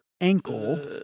ankle